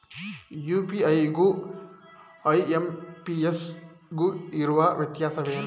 UPI ಗು IMPS ಗು ಇರುವ ವ್ಯತ್ಯಾಸವೇನು?